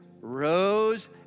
Rose